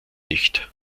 nicht